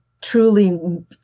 truly